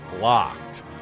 locked